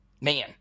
Man